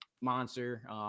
monster